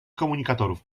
komunikatorów